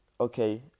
okay